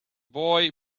boy